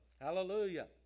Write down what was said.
Hallelujah